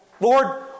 Lord